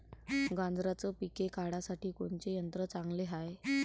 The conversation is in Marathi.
गांजराचं पिके काढासाठी कोनचे यंत्र चांगले हाय?